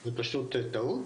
זו פשוט טעות.